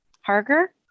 Harger